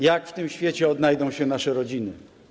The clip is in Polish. Jak w tym świecie odnajdą się nasze rodziny?